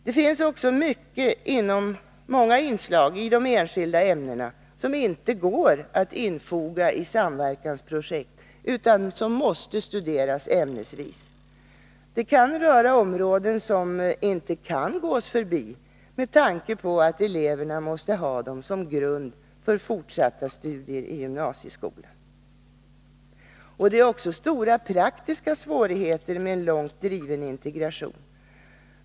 Det finns också många inslag i de enskilda ämnena som inte går att infoga i samverkansprojekt utan måste studeras ämnesvis. Det kan röra områden som inte kan gås förbi med tanke på att eleverna måste ha dem som grund för fortsatta studier i gymnasieskolan. Det är också stora praktiska svårigheter med en långt driven integration.